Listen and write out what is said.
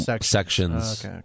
sections